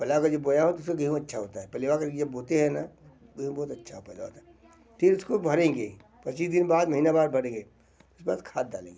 पला कर जो बोया हूँ तो उसमें गेहूँ अच्छा होता है पलेवा कर के जब बोते हैं ना गेहूँ बहुत अच्छा पैदा होता है फिर इसको भरेंगे पच्चीस दिन बाद महीना बाद भरेंगे उसके बाद खाद डालेंगे